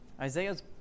Isaiah's